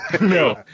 No